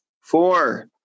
Four